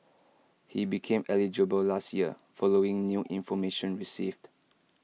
he became eligible last year following new information received